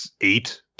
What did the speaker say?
eight